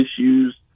issues